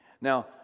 Now